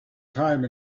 time